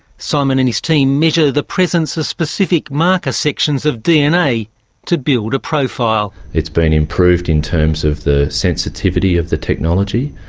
simon and his team measure the presence of specific marker sections of dna to build a profile. it's been improved in terms of the sensitivity of the technology,